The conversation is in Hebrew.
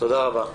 תודה רבה.